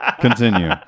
Continue